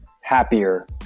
happier